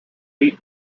beat